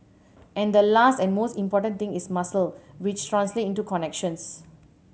and the last and most important thing is muscle which translate into connections